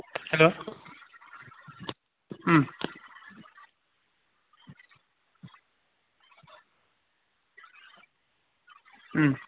हेल' औ औ